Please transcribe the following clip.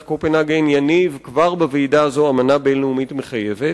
קופנהגן יניב כבר בוועידה הזאת אמנה בין-לאומית מחייבת.